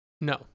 No